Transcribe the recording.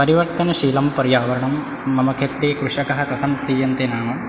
परिवर्तनशीलं पर्यावरणं मम क्षेत्रे कृषकः कथं क्रियन्ते नाम